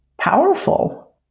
powerful